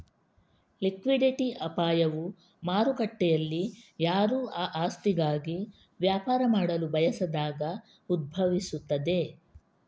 liquidity ಅಪಾಯವು ಮಾರುಕಟ್ಟೆಯಲ್ಲಿಯಾರೂ ಆ ಆಸ್ತಿಗಾಗಿ ವ್ಯಾಪಾರ ಮಾಡಲು ಬಯಸದಾಗ ಉದ್ಭವಿಸುತ್ತದೆ